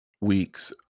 week's